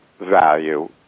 value